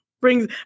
brings